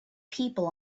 people